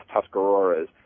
Tuscaroras